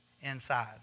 inside